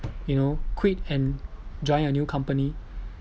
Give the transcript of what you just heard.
you know quit and join a new company